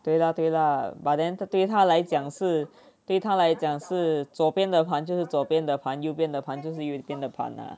对啦对啦 but then 他对他来讲是对他来讲是左边的盘就是左边的盘右边的盘是右边的盘啊